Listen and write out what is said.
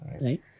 right